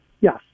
Yes